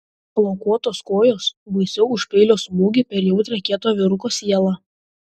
plaukuotos kojos baisiau už peilio smūgį per jautrią kieto vyruko sielą